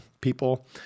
People